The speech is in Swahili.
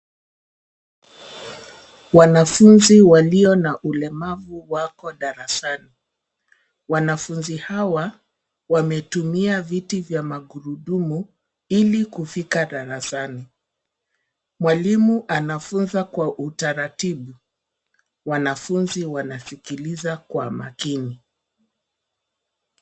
Wanafunzi walio na ulemavu wako darasani. Wanafunzi hawa wametumia viti vya magurudumu ili kufika darasani. Mwalimu anafunza kwa utaratibu. Wanafunzi wanasikiliza kwa makini.